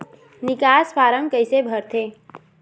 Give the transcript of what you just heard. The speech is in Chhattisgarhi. निकास फारम कइसे भरथे?